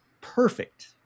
perfect